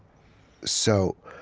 so,